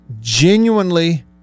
genuinely